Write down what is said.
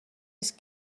است